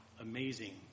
amazing